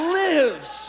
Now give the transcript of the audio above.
lives